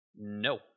no